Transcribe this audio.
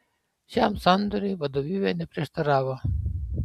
šiam sandoriui vadovybė neprieštaravo